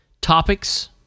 topics